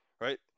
right